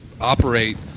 operate